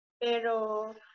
pero